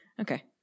okay